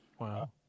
Wow